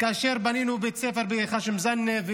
כאשר בנינו בית ספר בח'שם זנה,